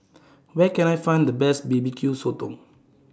Where Can I Find The Best B B Q Sotong